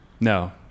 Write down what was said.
No